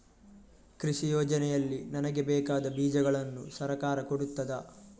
ಕೃಷಿ ಯೋಜನೆಯಲ್ಲಿ ನನಗೆ ಬೇಕಾದ ಬೀಜಗಳನ್ನು ಸರಕಾರ ಕೊಡುತ್ತದಾ?